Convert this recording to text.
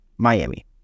Miami